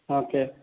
okay